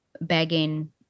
begging